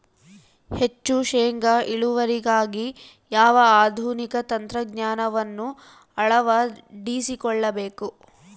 ಹೆಚ್ಚು ಶೇಂಗಾ ಇಳುವರಿಗಾಗಿ ಯಾವ ಆಧುನಿಕ ತಂತ್ರಜ್ಞಾನವನ್ನು ಅಳವಡಿಸಿಕೊಳ್ಳಬೇಕು?